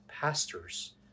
pastors